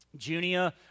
Junia